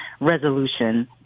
resolution